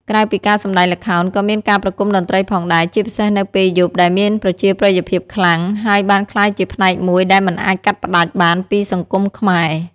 ក្រៅពីការសម្ដែងល្ខោន ក៏មានការប្រគំតន្ត្រីផងដែរ ជាពិសេសនៅពេលយប់ដែលមានប្រជាប្រិយភាពខ្លាំង ហើយបានក្លាយជាផ្នែកមួយដែលមិនអាចកាត់ផ្ដាច់បានពីសង្គមខ្មែរ។